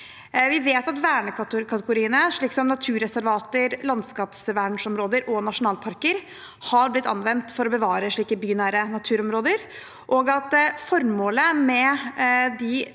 Vi vet at vernekategoriene, slik som naturreservater, landskapsvernområder og nasjonalparker, har blitt anvendt for å bevare slike bynære naturområder, og at formålet med de